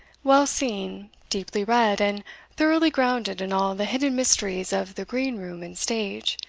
well seen, deeply read, and thoroughly grounded in all the hidden mysteries of the green-room and stage,